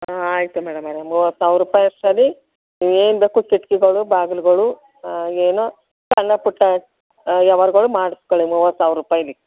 ಹಾಂ ಆಯಿತು ಮೇಡಮೊರೆ ಮೂವತ್ತು ಸಾವಿರ ರೂಪಾಯಿ ಅಷ್ಟರಲ್ಲಿ ನೀವು ಏನು ಬೇಕು ಕಿಟಕಿಗಳು ಬಾಗಿಲುಗಳು ಏನೊ ಸಣ್ಣ ಪುಟ್ಟ ವ್ಯವಾರ್ಗಳು ಮಾಡಿಸ್ಕಳಿ ಮೂವತ್ತು ಸಾವಿರ ರೂಪಾಯಿಲಿ